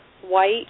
white